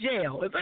jail